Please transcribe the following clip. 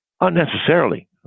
unnecessarily